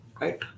right